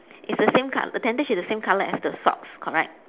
it's the same color tentage is the same color as the socks correct